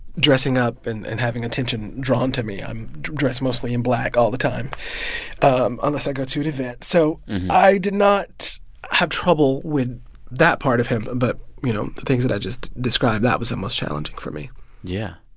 dressing up and and having attention drawn to me. i'm dressed mostly in black all the time um unless i go to to event. so i did not have trouble with that part of him. but, you know, the things that i just described that was the most challenging for me yeah.